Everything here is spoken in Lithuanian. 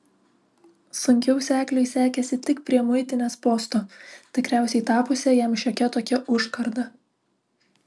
sunkiau sekliui sekėsi tik prie muitinės posto tikriausiai tapusio jam šiokia tokia užkarda